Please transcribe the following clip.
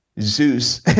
Zeus